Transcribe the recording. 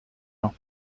lent